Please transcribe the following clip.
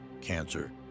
cancer